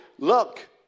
Look